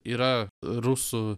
yra rusų